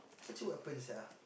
actually what happen sia